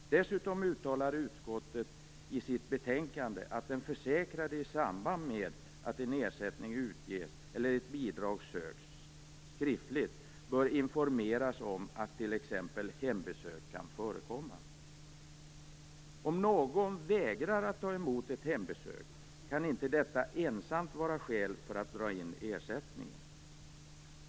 Dessutom uttalar utskottet i sitt betänkande att den försäkrade i samband med att en ersättning utges eller ett bidrag söks skriftligt bör informeras om att t.ex. hembesök kan förekomma. Om någon vägrar att ta emot ett hembesök kan inte detta ensamt vara skäl för att dra in ersättningen.